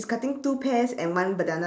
she's cutting two pears and one banana